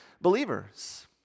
believers